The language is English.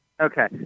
Okay